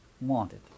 wanted